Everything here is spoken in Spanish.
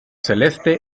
celeste